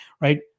right